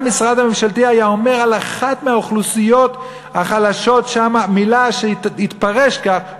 משרד ממשלתי היה אומר על אחת מהאוכלוסיות החלשות שם מילה שתתפרש כך,